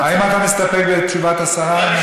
האם אתה מסתפק בתשובת השרה?